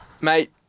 Mate